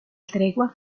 tregua